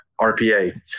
RPA